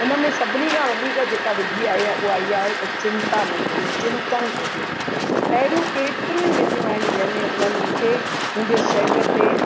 हुन में सभिनी खां वधीक जेका विधी आई आहे उहा इहा आहे त चिंता न कजे चिंतन कजे अहिड़ियूं केतिरियूं ई विधियूं आहिनि जंहिं में उन्हनि मूंखे मुंहिंजे सरीर ते